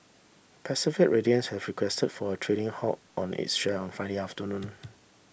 Pacific Radiance have requested for a trading halt on its share on Friday afternoon